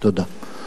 אדוני,